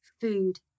food